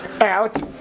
out